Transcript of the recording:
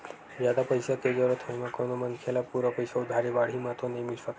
जादा पइसा के जरुरत होय म कोनो मनखे ल पूरा पइसा उधारी बाड़ही म तो नइ मिल सकय